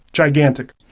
gigantic.